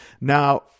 Now